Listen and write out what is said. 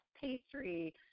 pastry